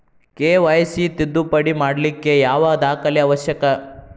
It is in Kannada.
ಕೆ.ವೈ.ಸಿ ತಿದ್ದುಪಡಿ ಮಾಡ್ಲಿಕ್ಕೆ ಯಾವ ದಾಖಲೆ ಅವಶ್ಯಕ?